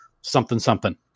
something-something